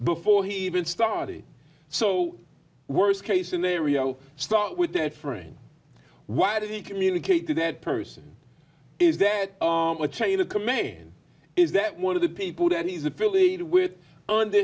before he even started so worst case scenario start with that frame why did he communicate to that person is that the chain of command is that one of the people that he's affiliated with and